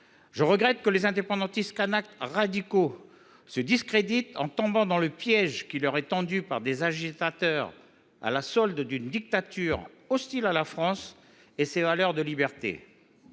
Je regrette que les indépendantistes kanaks radicaux se discréditent en tombant dans le piège qui leur est tendu par des agitateurs à la solde d’une dictature hostile à la France et à ses valeurs de liberté.